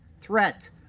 threat